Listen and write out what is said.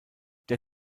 der